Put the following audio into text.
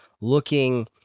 looking